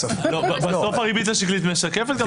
בסוף הריבית השקלית משקפת.